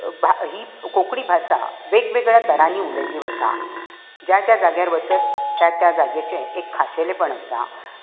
भा ही कोंकणी भाशा वेगवेगळ्या तरांनी उलयल्ली वता ज्या ज्या जाग्यार वचत त्या त्या जाग्याचें एक खाशेलेंपण आसा